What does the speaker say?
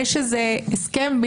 סיירת צנחנים, אגוז --- אף אחד